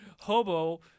hobo